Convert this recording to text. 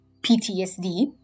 PTSD